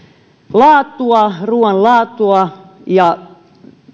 ruoan laatua ja sitä